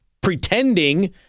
pretending